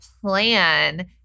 plan